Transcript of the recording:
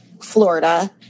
Florida